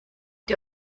ihr